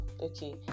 okay